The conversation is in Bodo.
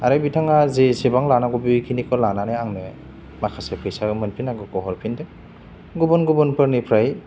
आरो बिथाङा जेसेबां लानांगौ बेखिनिखौ लानानै आंनो माखासे फैसा मोनफिननांगौखौ हरफिनदों गुबुन गुबुनफोरनिफ्राय